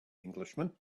englishman